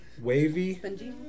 wavy